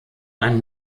ein